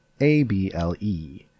A-B-L-E